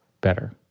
better